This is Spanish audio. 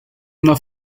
una